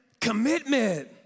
commitment